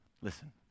Listen